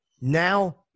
Now